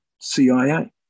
CIA